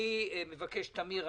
טמיר,